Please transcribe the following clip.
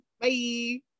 Bye